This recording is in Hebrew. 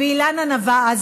ואילנה נבעה,